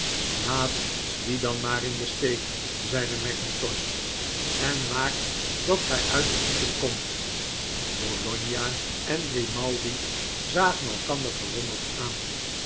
laat die dan maar in den steek zeide mackintosh en maakt dat gij uit de voeten komt bologna en grimaldi zagen elkander verwonderd aan